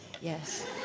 Yes